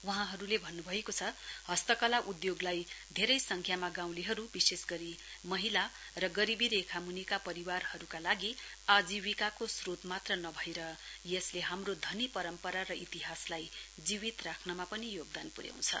वहाँहरूले भन्नुभएको छ हस्तकला उद्योगलाई धेरै संख्या गाँउलेहरू विशेष गरी महिला र गरीबि रेखा मुनिका परिवाहरूका लागि आजीविकाको श्रोत मात्र नभएर यसले हाम्रो धनी परम्परा र इतिहासलाई जिवित राख्रमा पनि योगदान पुर्याउँछ